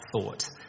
thought